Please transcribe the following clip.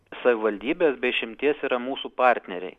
savivaldybės be išimties yra mūsų partneriai